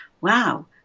Wow